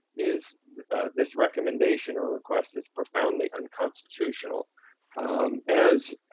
is this recommendation or request is profoundly unconstitutional as